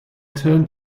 turned